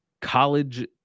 college